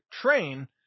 train